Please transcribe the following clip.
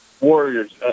warriors